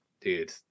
Dude